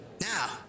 Now